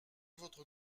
votre